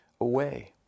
away